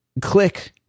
click